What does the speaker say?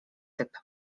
typ